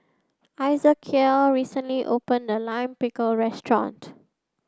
Ezekiel recently opened a Lime Pickle restaurant